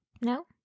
No